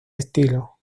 estilo